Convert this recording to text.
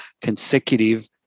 consecutive